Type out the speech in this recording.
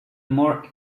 more